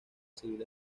civil